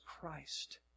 Christ